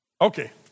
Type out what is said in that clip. Okay